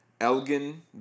Elgin